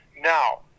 Now